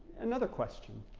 another question?